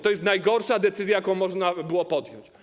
To jest najgorsza decyzja, jaką można było podjąć.